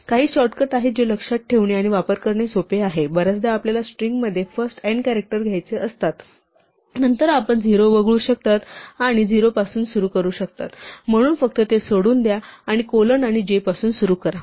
काही शॉर्टकट आहेत जे लक्षात ठेवणे आणि वापर करणे सोपे आहे बर्याचदा आपल्याला स्ट्रिंगमध्ये फर्स्ट n कॅरॅक्टर घ्यायचे असतात नंतर आपण 0 वगळू शकता आणि 0 पासून सुरु करू शकता म्हणून फक्त ते सोडून द्या आणि कोलन आणि j पासून सुरु करा